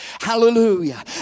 Hallelujah